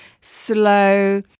slow